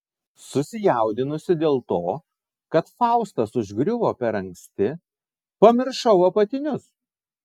susijaudinusi dėl to kad faustas užgriuvo per anksti pamiršau apatinius